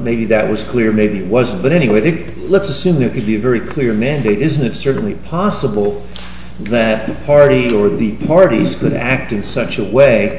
maybe that was clear maybe it wasn't but anyway big let's assume there could be a very clear mandate isn't it certainly possible that the party or the parties could act in such a way